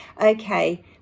Okay